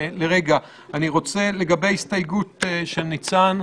אני רוצה לתת זמן לדיון בחוק הראשי.